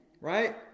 Right